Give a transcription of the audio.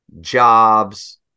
jobs